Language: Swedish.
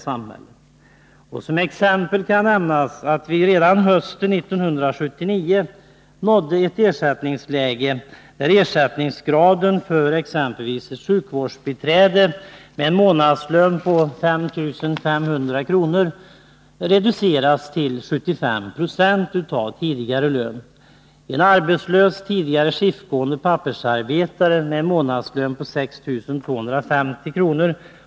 Som exempel kan nämnas att vi redan hösten 1979 nådde ett ersättningsläge där ersättningen för exempelvis ett sjukvårdsbiträde med en månadslön på 5 500 kr. reducerats till 75 20 av tidigare lön. En arbetslös skiftgående pappersarbetare med en månadslön på 6 250 kr.